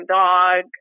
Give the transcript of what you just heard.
dog